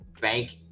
bank